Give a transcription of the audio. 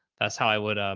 that's how i would,